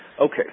Okay